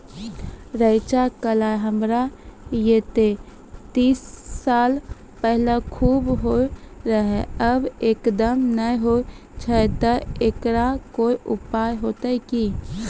रेचा, कलाय हमरा येते तीस साल पहले खूब होय रहें, अब एकदम नैय होय छैय तऽ एकरऽ कोनो उपाय हेते कि?